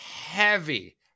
heavy